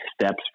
steps